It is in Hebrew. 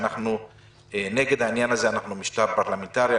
שאנחנו נגד העניין הזה אנחנו משטר פרלמנטרי,